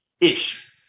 Ish